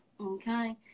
Okay